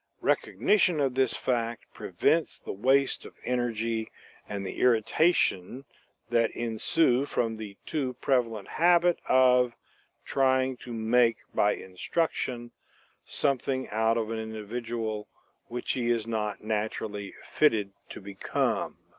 recognition of this fact prevents the waste of energy and the irritation that ensue from the too prevalent habit of trying to make by instruction something out of an individual which he is not naturally fitted to become.